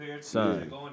Son